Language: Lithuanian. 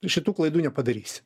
šitų klaidų nepadarysi